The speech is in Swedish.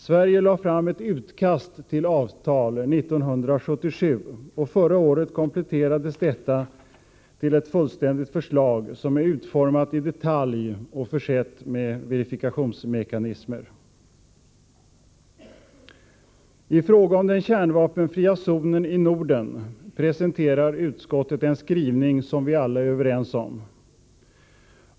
Sverige lade fram ett utkast till avtal 1977, och förra året kompletterades detta till ett fullständigt förslag, som är utformat i detalj och försett med verifikationsmekanismer. I fråga om den kärnvapenfria zonen i Norden presenterar utskottet en skrivning som vi alla är överens om.